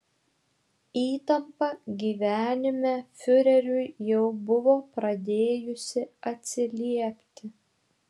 įtampa gyvenime fiureriui jau buvo pradėjusi atsiliepti